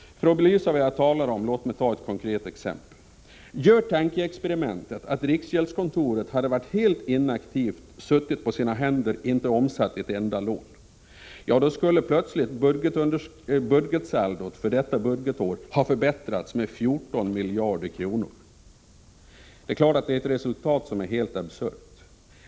För att belysa vad jag talar om vill jag ta ett konkret exempel. Gör tankeexperimentet att riksgäldskontoret hade varit helt inaktivt, suttit på sina händer och inte omsatt ett enda lån. Då skulle budgetsaldot för detta budgetår plötsligt ha förbättrats med 14 miljarder kronor. Det är ett resultat som är helt absurt!